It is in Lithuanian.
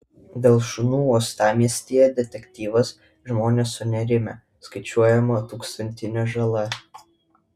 dėl šunų uostamiestyje detektyvas žmonės sunerimę skaičiuojama tūkstantinė žala